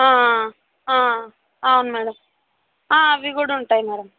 అవును మ్యాడమ్ అవి కూడా ఉంటాయి మ్యాడమ్